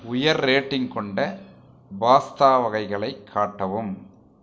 உயர் ரேட்டிங் கொண்ட பாஸ்தா வகைகளை காட்டவும்